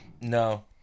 No